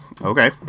Okay